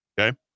okay